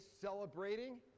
celebrating